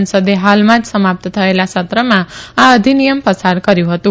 સંસદે હાલમાં જ સમાપ્ત થયેલા સત્રમાં આ અધિનિયમ પસાર કર્યુ હતું